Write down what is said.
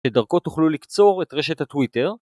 בדרכו תוכלו לקצור את רשת הטוויטר.